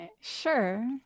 Sure